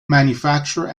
manufacture